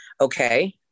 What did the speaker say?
okay